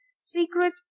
secret